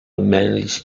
manage